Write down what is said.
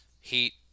Heat